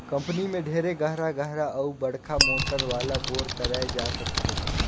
company में ढेरे गहरा गहरा अउ बड़का मोटर वाला बोर कराए जा सकथे